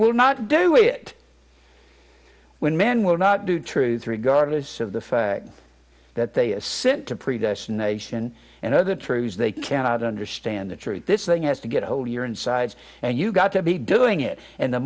would not do it when men will not do truth regardless of the fact that they sit to predestination and other trues they cannot understand the truth this thing has to get a hold of your insides and you got to be doing it and the